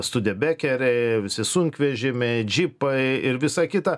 studebekeriai visi sunkvežimiai džipai ir visa kita